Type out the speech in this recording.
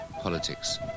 Politics